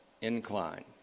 incline